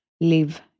Live